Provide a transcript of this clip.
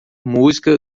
música